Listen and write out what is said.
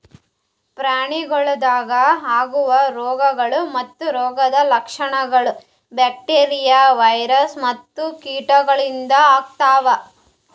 ಪ್ರಾಣಿಗೊಳ್ದಾಗ್ ಆಗವು ರೋಗಗೊಳ್ ಮತ್ತ ರೋಗದ್ ಲಕ್ಷಣಗೊಳ್ ಬ್ಯಾಕ್ಟೀರಿಯಾ, ವೈರಸ್ ಮತ್ತ ಕೀಟಗೊಳಿಂದ್ ಆತವ್